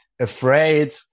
afraid